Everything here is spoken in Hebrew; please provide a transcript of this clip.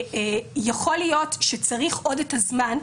יכול להיות שצריך עוד את הזמן,